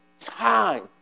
time